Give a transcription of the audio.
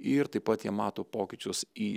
ir taip pat jie mato pokyčius į